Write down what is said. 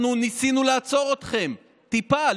אנחנו ניסינו לעצור אתכם טיפה.